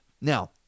Now